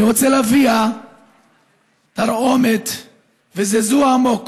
אני רוצה להביע תרעומת וזעזוע עמוק